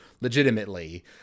legitimately